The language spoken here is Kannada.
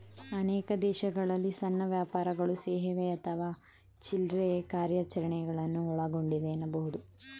ಅನೇಕ ದೇಶಗಳಲ್ಲಿ ಸಣ್ಣ ವ್ಯಾಪಾರಗಳು ಸೇವೆ ಅಥವಾ ಚಿಲ್ರೆ ಕಾರ್ಯಾಚರಣೆಗಳನ್ನ ಒಳಗೊಂಡಿದೆ ಎನ್ನಬಹುದು